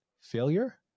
failure